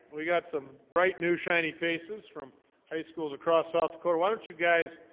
we got some bright new shiny faces from high schools across south dakota. why don't you guys?